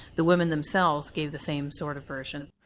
the women themselves gave the same sort of version.